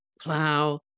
plow